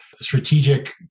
strategic